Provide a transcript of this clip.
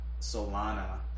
Solana